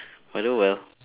I'll do well